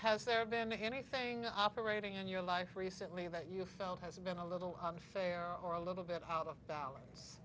has there been anything operating in your life recently that you felt has been a little unfair or a little bit out of balance